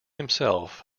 himself